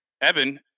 Evan